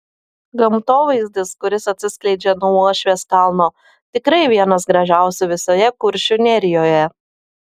gamtovaizdis kuris atsiskleidžia nuo uošvės kalno tikrai vienas gražiausių visoje kuršių nerijoje